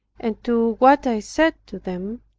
and to what i said to them,